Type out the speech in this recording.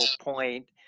point